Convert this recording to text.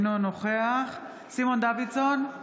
אינו נוכח סימון דוידסון,